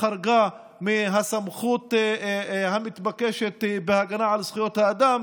חרגה מהסמכות המתבקשת בהגנה על זכויות האדם,